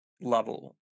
level